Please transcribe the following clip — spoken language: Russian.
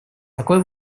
такой